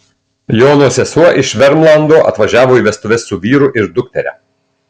jono sesuo iš vermlando atvažiavo į vestuves su vyru ir dukteria